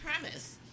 premise